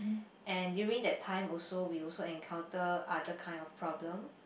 and during that time also we also encounter other kind of problem